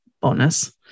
bonus